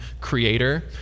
creator